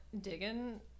digging